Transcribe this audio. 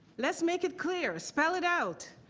let's make it clear, spell it out.